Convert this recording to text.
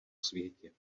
světě